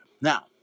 Now